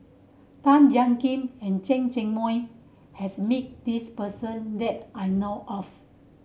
Tan Jiak Kim and Chen Cheng Mei has met this person that I know of